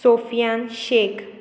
Sufiyan Shaikh